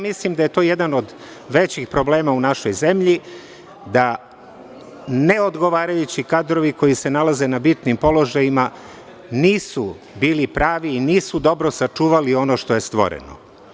Mislim da je to jedan od većih problema u našoj zemlji, da neodgovarajući kadrovi koji se nalaze na bitnim položajima nisu bili pravi i nisu dobro sačuvali ono što je stvoreno.